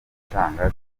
gutanga